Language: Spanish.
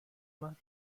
más